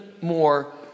more